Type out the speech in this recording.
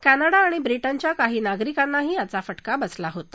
क्ट्रीडा आणि ब्रिटनच्या काही नागरिकांनाही याचा फटका बसला होता